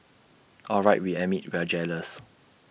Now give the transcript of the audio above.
all right we admit we're jealous